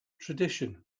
tradition